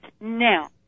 now